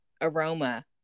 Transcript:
aroma